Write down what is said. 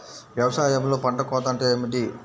వ్యవసాయంలో పంట కోత అంటే ఏమిటి?